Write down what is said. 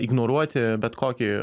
ignoruoti bet kokį